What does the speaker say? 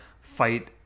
fight